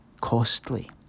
costly